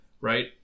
right